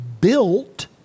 built